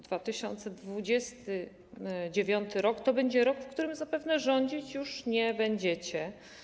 2029 r. to będzie rok, w którym zapewne rządzić już nie będziecie.